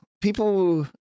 people